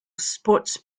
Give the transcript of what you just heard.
sports